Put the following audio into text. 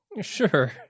Sure